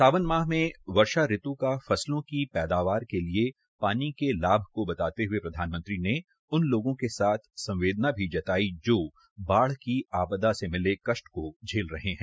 सावन माह में वर्षा ऋत् का फसलों की पैदावार कें लिए पानी के लाभ को बताते हुए प्रधानमंत्री ने उन लोगों के साथ संवेदना भी जताई जो बाढ की आपदा से मिले कष्ट को झेल रहे हैं